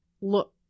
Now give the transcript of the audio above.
look